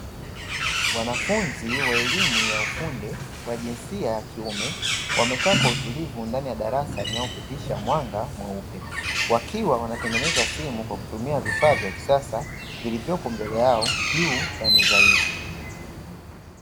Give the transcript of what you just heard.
Wanafunzi wa elimu ya ufundi wa jinsia ya kiume wamekaa kwa utulivu ndani ya darasa linalopitisha mwanga mweupe, wakiwa wanatengeneza simu kwa kutumia vifaa vya kisasa vilivyopo mbele yao juu ya meza hizi.